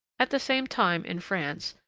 at the same time, in france,